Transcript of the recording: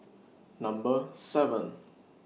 Number seven